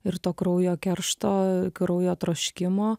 ir to kraujo keršto kraujo troškimo